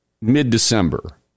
mid-December